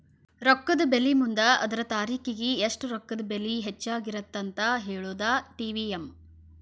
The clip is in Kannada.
ರೊಕ್ಕದ ಬೆಲಿ ಮುಂದ ಅದ ತಾರಿಖಿಗಿ ಎಷ್ಟ ರೊಕ್ಕದ ಬೆಲಿ ಹೆಚ್ಚಾಗಿರತ್ತಂತ ಹೇಳುದಾ ಟಿ.ವಿ.ಎಂ